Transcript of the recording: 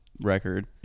record